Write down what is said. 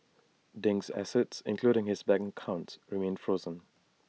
Ding's assets including his bank accounts remain frozen